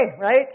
right